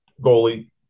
goalie